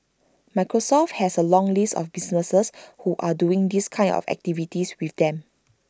Microsoft has A long list of businesses who are doing these kind of activities with them